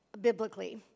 biblically